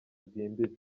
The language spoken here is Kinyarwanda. bwimbitse